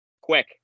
quick